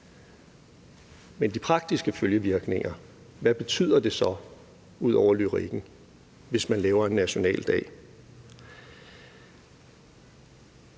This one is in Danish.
Men de praktiske følgevirkninger fremgår ikke, altså hvad det betyder, ud over lyrikken, hvis man laver en nationaldag.